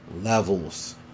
Levels